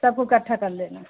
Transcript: सबको इकट्ठा कर लेना